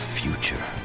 future